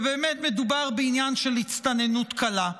ובאמת מדובר בעניין של הצטננות קלה.